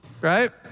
right